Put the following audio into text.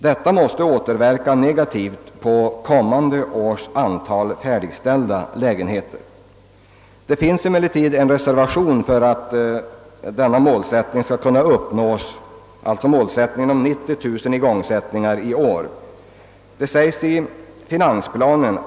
Detta måste återverka negativt på antalet färdigställda lägenheter under kommande år. — Det finns emellertid också en reservation för att målsättningen 90000 igångsättningar i år skall kunna uppnås.